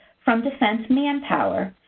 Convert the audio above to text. from defense manpower,